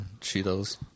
cheetos